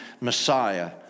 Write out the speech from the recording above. Messiah